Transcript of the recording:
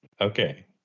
Okay